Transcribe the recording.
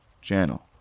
channel